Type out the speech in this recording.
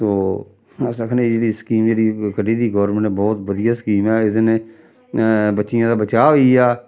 तो अस आखनें एह् जेह्ड़ी स्कीम जेह्ड़ी कड्ढी दी गौरमैंट ने ब्हौत बधिया स्कीम ऐ एह्दे नै बच्चियें दा बचाऽ होई गेआ